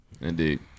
Indeed